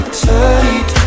tight